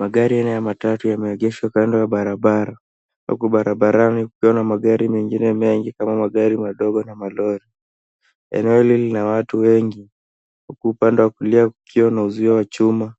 Magari ya aina ya matatu yameegeshwa kando ya barabara huku barabara kukiwa na magari mengine mengi kama vile magari madogo na malori. Eneo hili lina watu wengi huku upande wa kulia kukiwa na uzuio wa chuma.